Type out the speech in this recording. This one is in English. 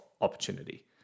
opportunity